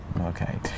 Okay